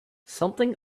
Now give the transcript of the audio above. something